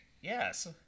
Yes